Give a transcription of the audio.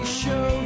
show